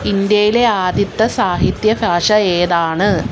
ഇൻഡ്യയിലെ ആദ്യത്തെ സാഹിത്യഭാഷ ഏതാണ്